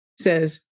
says